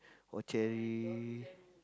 or cherry